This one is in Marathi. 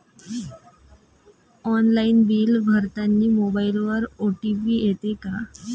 ऑनलाईन बिल भरतानी मोबाईलवर ओ.टी.पी येते का?